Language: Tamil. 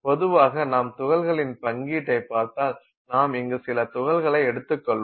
பொதுவாக நாம் துகள்களின் பங்கீடைப் பார்த்தால் நாம் இங்கு சில துகள்களை எடுத்துக் கொள்வோம்